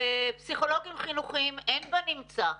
ופסיכולוגים חינוכיים אין בנמצא.